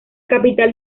capital